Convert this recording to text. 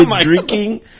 drinking